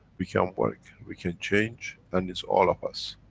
we can work, we can change, and it's all of us.